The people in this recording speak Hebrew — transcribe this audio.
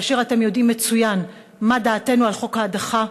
אתם יודעים מצוין מה דעתנו על חוק ההדחה,